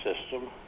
system